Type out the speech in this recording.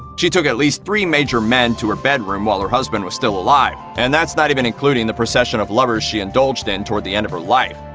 she took at least three major men to her bedroom while her husband was still alive, and that's not even including the procession of lovers she indulged in toward the end of her life.